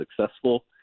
successful